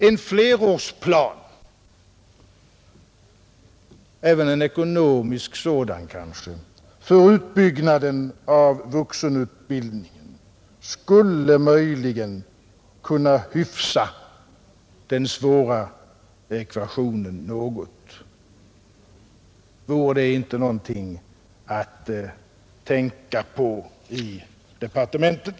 En flerårsplan, även en ekonomisk sådan kanske, för utbyggnaden av vuxenutbildningen skulle möjligen kunna hyfsa den svåra ekvationen något. Vore det inte någonting att tänka på i departementet?